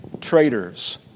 traitors